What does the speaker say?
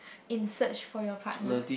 in search for your partner